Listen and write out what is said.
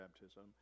baptism